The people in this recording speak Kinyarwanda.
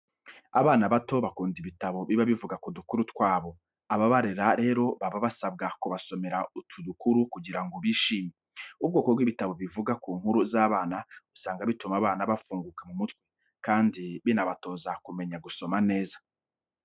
Abana bato bakunda ibitabo biba bivuga ku dukuru twabo. Ababarera rero baba basabwa kubasomera utu dukuru kugira ngo bishime. Ubwoko bw'ibitabo bivuga ku nkuru z'abana usanga bituma abana bafunguka mu mutwe, kandi binabatoza kumenya gusoma neza.